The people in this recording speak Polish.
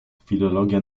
filologia